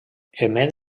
emet